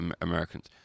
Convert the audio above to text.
Americans